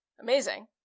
amazing